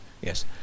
Yes